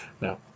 No